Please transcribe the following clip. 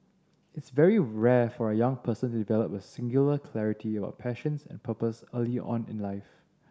it's very rare for a young person to develop a singular clarity about passions and purpose early on in life